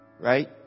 Right